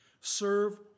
serve